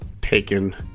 taken